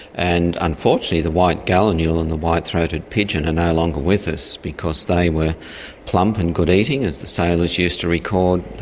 and unfortunately the white gallinule and the white throated pigeon are no longer with us because they were plump and good eating, as the sailors used to record,